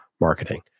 Marketing